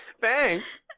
Thanks